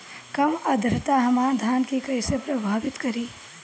कम आद्रता हमार धान के कइसे प्रभावित करी?